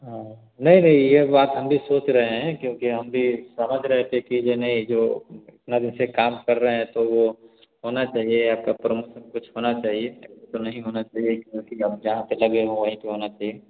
हाँ नहीं नहीं यह बात हम भी सोच रहे हैं क्योंकि हम भी समझ रहे थे कि यह नहीं जो इतना दिन से काम कर रहे हैं तो वह होना चाहिए आपका परमोसन कुछ होना चाहिए तो ऐसा तो नहीं होना चाहिए क्योंकि अब जहाँ पर लगे हो वहीं पर होना चाहिए